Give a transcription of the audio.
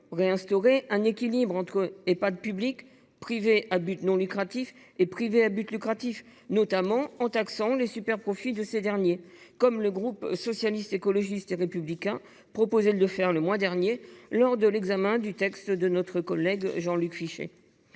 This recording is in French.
réinstaurer un équilibre entre Ehpad publics, Ehpad privés à but non lucratif et Ehpad privés à but lucratif, notamment en taxant les superprofits de ces derniers, comme le groupe Socialiste, Écologiste et Républicain proposait de le faire le mois dernier, lors de l’examen du texte de notre collègue Jean Luc Fichet.